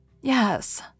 Yes